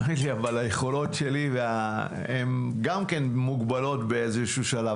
אבל היכולות שלי גם הן מוגבלות באיזשהו שלב.